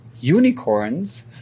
unicorns